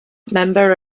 member